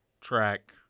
track